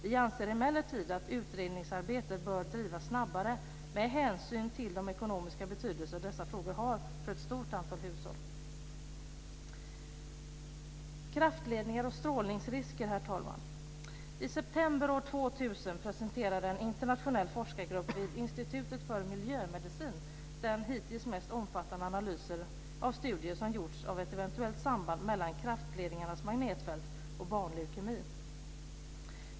Vi anser emellertid att utredningsarbetet bör bedrivas snabbare med hänsyn till den ekonomiska betydelse dessa frågor har för ett stort antal hushåll. Herr talman! Jag vill tala om kraftledningar och strålningsrisker. I september år 2000 presenterade en internationell forskargrupp vid Institutet för miljömedicin den hittills mest omfattande analysen av studier som gjorts om ett eventuellt samband mellan kraftledningarnas magnetfält och barnleukemi.